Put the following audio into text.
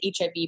HIV